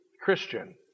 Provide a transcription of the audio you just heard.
Christian